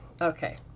Okay